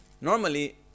normally